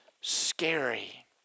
scary